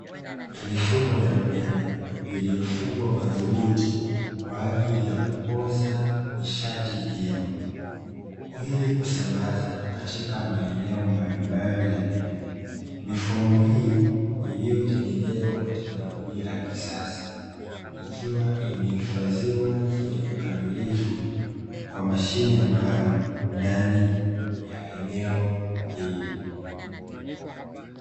Mifumo ya umeme iliyofungwa madhubuti kwa ajili ya kupoza nishati hiyo, ili kusambaza katika maeneo mbalimbali ya umeme. Mifumo hii iliyotengenezwa kwa teknolojia ya kisasa, ikiwa imehifadhiwa kikamilifu kwa mashine maalumu ndani ya eneo hili.